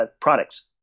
products